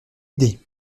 idée